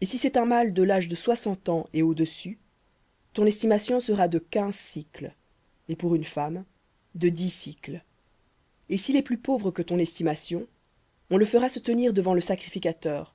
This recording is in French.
et si c'est un mâle de l'âge de soixante ans et au-dessus ton estimation sera de quinze sicles et pour une femme de dix sicles et s'il est plus pauvre que ton estimation on le fera se tenir devant le sacrificateur